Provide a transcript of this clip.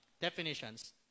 definitions